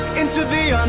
into the